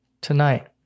tonight